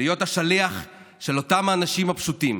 להיות השליח של אותם אנשים פשוטים